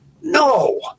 No